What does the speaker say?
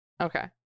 Okay